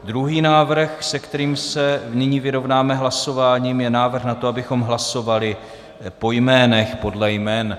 Druhý návrh, se kterým se nyní vyrovnáme hlasováním, je návrh na to, abychom hlasovali podle jmen.